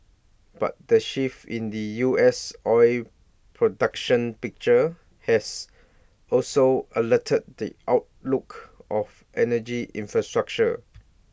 but the shift in the U S oil production picture has also altered the outlook of energy infrastructure